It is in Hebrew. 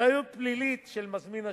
אחריות פלילית של מזמין השירות,